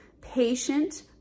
patient